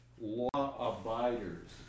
law-abiders